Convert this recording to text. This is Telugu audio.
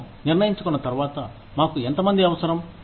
మేము నిర్ణయించుకున్న తర్వాత మాకు ఎంతమంది అవసరం